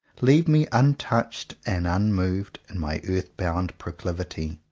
leave me un touched and unmoved in my earth-bound proclivity.